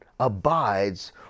abides